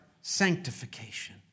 sanctification